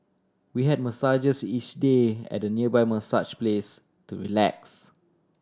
we had massages each day at a nearby massage place to relax